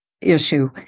issue